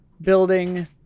building